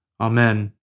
Amen